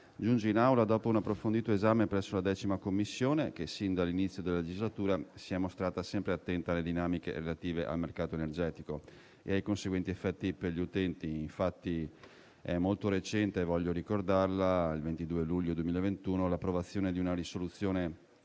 giunge in Aula dopo un approfondito esame presso la 10a Commissione, che, sin dall'inizio della legislatura, si è mostrata sempre attenta alle dinamiche relative al mercato energetico e ai conseguenti effetti per gli utenti. Voglio infatti ricordare la recente approvazione, il 22 luglio 2021, di una risoluzione